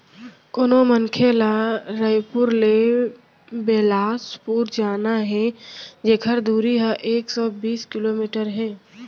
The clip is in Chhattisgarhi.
कोनो मनखे ल रइपुर ले बेलासपुर जाना हे जेकर दूरी ह एक सौ बीस किलोमीटर हे